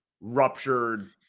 ruptured